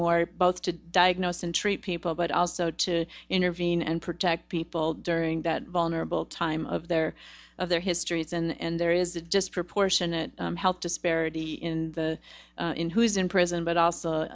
more both to diagnose and treat people but also to intervene and protect people during that vulnerable time of their of their histories and there is a disproportionate health disparity in the in who's in prison but also